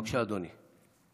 בבקשה, אדוני.